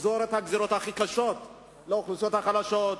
לגזור את הגזירות הכי קשות על האוכלוסיות החלשות,